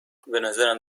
بنظرم